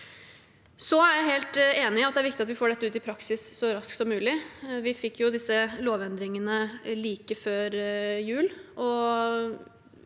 Jeg er helt enig i at det er viktig at vi får dette ut i praksis så raskt som mulig. Vi fikk jo disse lovendringene like før jul,